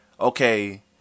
okay